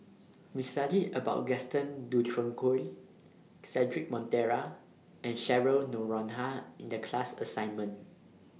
We studied about Gaston Dutronquoy Cedric Monteiro and Cheryl Noronha in The class assignment